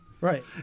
Right